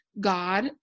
god